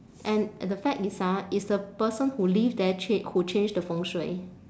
and the fact is ah is the person who live there cha~ who changed the 风水